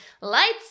lights